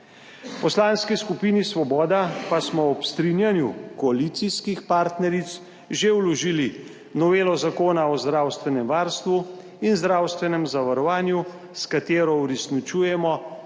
Poslanski skupini Svoboda pa smo ob strinjanju koalicijskih partneric že vložili novelo Zakona o zdravstvenem varstvu in zdravstvenem zavarovanju, s katero uresničujemo